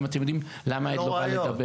אתם גם יודעים למה עד לא בא לדבר.